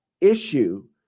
issue